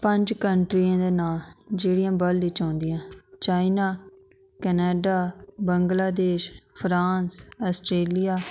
पंज कंट्रियें दे नांऽ जेह्ड़ियां वर्ल्ड च आंदियां China Canada Bangladesh France Australia